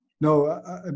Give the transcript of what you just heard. no